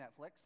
Netflix